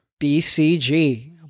BCG